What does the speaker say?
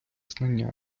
знання